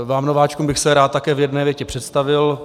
Vám nováčkům bych se rád také v jedné větě představil.